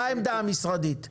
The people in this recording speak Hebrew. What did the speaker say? מה העמדה המשרדית?